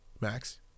Max